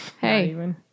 Hey